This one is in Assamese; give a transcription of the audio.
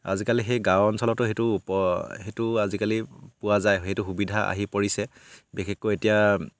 আজিকালি সেই গাঁও অঞ্চলতো সেইটো সেইটো আজিকালি পোৱা যায় সেইটো সুবিধা আহি পৰিছে বিশেষকৈ এতিয়া